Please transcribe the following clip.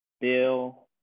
Bill